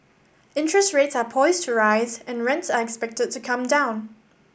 interest rates are poised to rise and rents are expected to come down